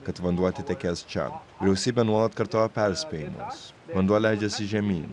kad vanduo atitekės čia vyriausybė nuolat kartojo perspėjimus vanduo leidžiasi žemyn